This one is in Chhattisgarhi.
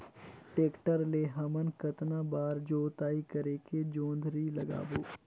टेक्टर ले हमन कतना बार जोताई करेके जोंदरी लगाबो?